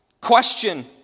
Question